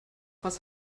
was